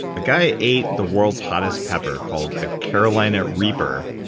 a guy ate the world's hottest pepper called a carolina reaper,